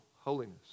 holiness